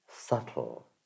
subtle